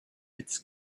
its